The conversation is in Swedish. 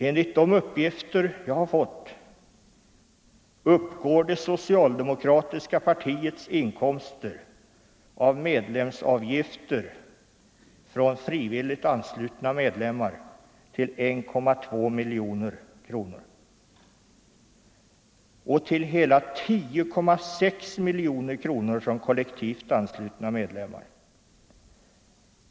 Enligt de uppgifter jag fått uppgår det socialdemokratiska partiets inkomster av medlemsavgifter från frivilligt anslutna medlemmar till 1,2 miljoner kronor och till hela 10,6 miljoner kronor från kollektivt anslutna medlemmar.